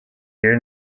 year